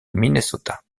minnesota